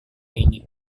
ini